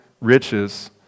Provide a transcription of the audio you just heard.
riches